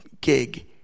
gig